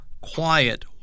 quiet